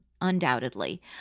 undoubtedly